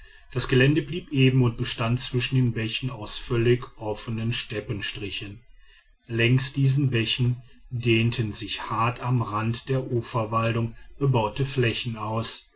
das gelände blieb eben und bestand zwischen den bächen aus völlig offenen steppenstrichen längs diesen bächen dehnten sich hart am rand der uferwaldung bebaute flächen aus